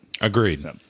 Agreed